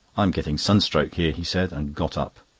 i'm getting sunstroke here, he said, and got up.